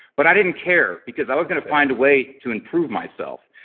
but i didn't care, because i was going to find a way to improve myself.